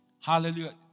Hallelujah